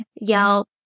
Yelp